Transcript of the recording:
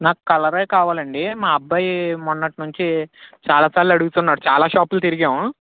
నాకు కలర్ కావాలండి మా అబ్బాయి మొన్నటి నుంచి చాలాసార్లు అడుగుతున్నాడు చాలా షాపులు తిరిగాం